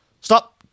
Stop